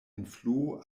influo